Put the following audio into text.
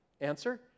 answer